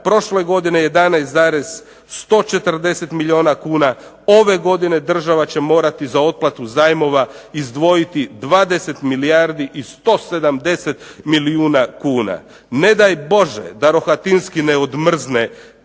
prošle godine 11,140 milijuna kuna, ove godine država će morati za otplatu zajmova izdvojiti 20 milijardi i 170 milijuna kuna. Ne daj Bože da Rohatinski ne odmrzne